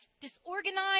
disorganized